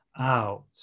out